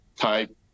type